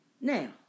Now